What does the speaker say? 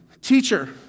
teacher